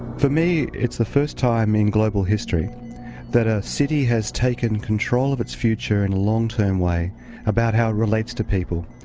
for me it's the first time in global history that a city has taken control of its future in a long term way about how it relates to people.